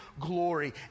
glory